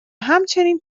همچنین